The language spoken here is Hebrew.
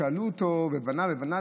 ובנה ובנה,